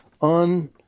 on